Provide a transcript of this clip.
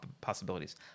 possibilities